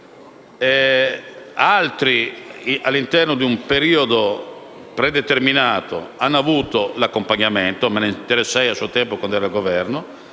soggetti, all'interno di un periodo predeterminato, hanno avuto l'accompagnamento: me ne interessai a suo tempo quando ero al Governo.